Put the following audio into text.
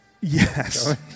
Yes